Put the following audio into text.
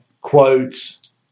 quotes